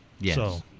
yes